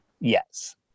Yes